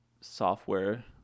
software